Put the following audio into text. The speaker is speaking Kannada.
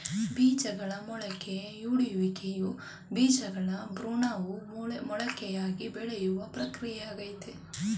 ಬೀಜಗಳ ಮೊಳಕೆಯೊಡೆಯುವಿಕೆಯು ಬೀಜಗಳ ಭ್ರೂಣವು ಮೊಳಕೆಯಾಗಿ ಬೆಳೆಯೋ ಪ್ರಕ್ರಿಯೆಯಾಗಯ್ತೆ